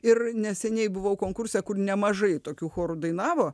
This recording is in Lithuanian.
ir neseniai buvau konkurse kur nemažai tokių chorų dainavo